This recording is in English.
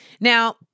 Now